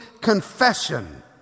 confession